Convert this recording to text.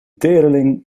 teerling